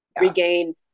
regain